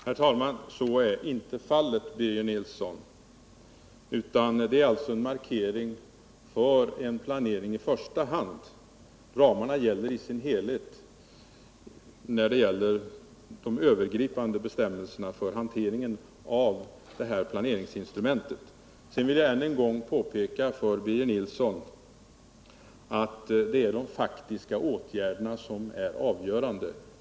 Herr talman! Så är inte fallet, Birger Nilsson. Det är alltså fråga om markering för en planering i första hand. Ramarna gäller i sin helhet i fråga om de övergripande bestämmelserna för hanteringen av det här planeringsinstrumentet. Sedan vill jag än en gång påpeka för Birger Nilsson att det är de faktiska åtgärderna som är avgörande.